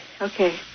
okay